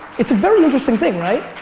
it's a very interesting thing, right?